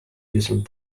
using